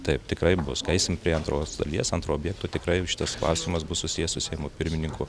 taip tikrai bus kai eisim prie antros dalies antro objekto tikrai šitas klausimas bus susijęs su seimo pirmininku